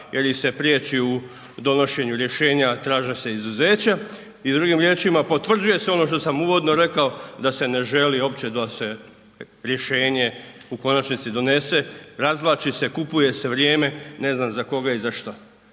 jer ih se priječi u donošenju rješenja, traže se izuzeća i drugim riječima potvrđuje se ono što sam uvodno rekao da se ne želi uopće da se rješenje u konačnici donese, razvlači se, kupuje se vrijeme ne znam za koga i za šta,